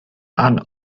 and